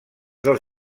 dels